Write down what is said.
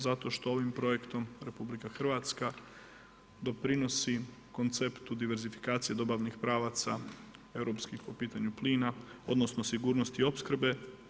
Zato što ovim projektom RH doprinosi konceptu diversifikacije dobavnih pravaca europskih po pitanju plina odnosno sigurnosti opskrbe.